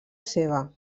seva